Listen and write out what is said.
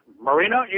Marino